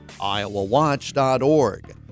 iowawatch.org